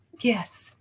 Yes